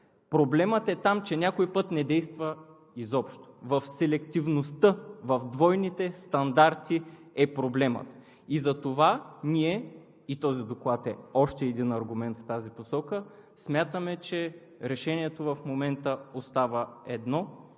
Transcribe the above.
проблемът е, че някой път не действа изобщо. В селективността, в двойните стандарти е проблемът и този доклад е още един аргумент в тази посока. Затова ние смятаме, че решението в момента остава едно,